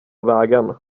vägen